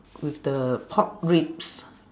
with the pork ribs